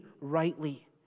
rightly